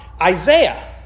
Isaiah